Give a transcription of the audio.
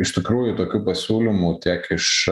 iš tikrųjų tokių pasiūlymų tiek iš